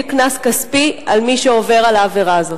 קנס כספי על מי שעובר את העבירה הזאת.